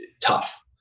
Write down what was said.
tough